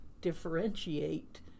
differentiate